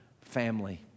family